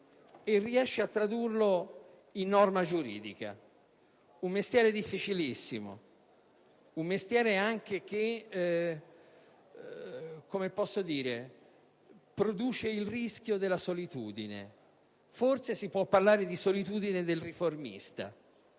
e a tradurla in norma giuridica. Un mestiere difficilissimo, un mestiere che porta con sé anche il rischio della solitudine. Forse si può parlare di solitudine del riformista.